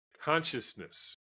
consciousness